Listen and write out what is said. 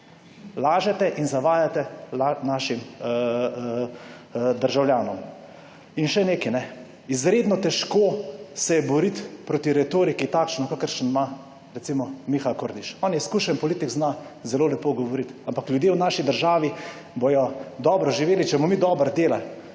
Lažete in zavajate državljane. In še nekaj. Izredno težko se je boriti proti retoriki takšni kakršno jo ima, recimo, Miha Kordiš. On je izkušen politik, zna zelo lepo govoriti. Ampak ljudje v naši državi bodo dobro živeli, če bomo mi dobro delali.